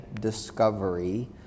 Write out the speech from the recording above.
discovery